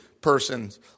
person's